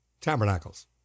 Tabernacles